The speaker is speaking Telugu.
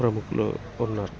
ప్రముఖులు ఉన్నారు